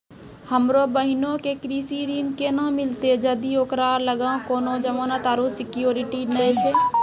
हमरो बहिनो के कृषि ऋण केना मिलतै जदि ओकरा लगां कोनो जमानत आरु सिक्योरिटी नै छै?